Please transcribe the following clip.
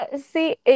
See